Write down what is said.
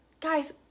guys